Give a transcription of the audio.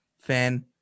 fan